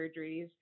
surgeries